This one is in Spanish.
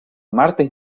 martes